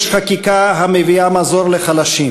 יש חקיקה המביאה מזור לחלשים,